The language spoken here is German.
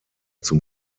zum